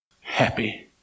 Happy